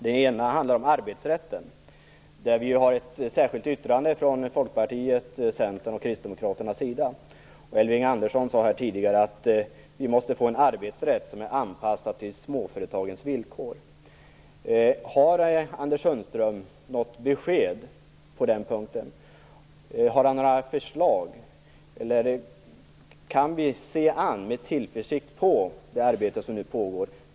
Det handlar till att börja med om arbetsrätten där Folkpartiet, Centern och kristdemokraterna har ett särskilt yttrande fogat till betänkandet. Elving Andersson sade tidigare att vi måste få en arbetsrätt som är anpassad till småföretagens villkor. Har Anders Sundström något besked på den punkten? Har han några förslag? Kan vi med tillförsikt se an det arbete som nu pågår?